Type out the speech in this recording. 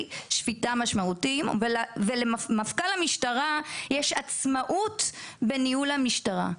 שפיטה משמעותיים ולמפכ"ל המשטרה יש עצמאות בניהול המשטרה.